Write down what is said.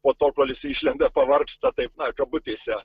po to pailsi išlenda pavargsta taip na kabutėse